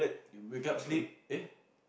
you wake up sleep eh